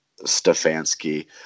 Stefanski